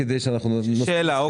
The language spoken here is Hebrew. שאלה.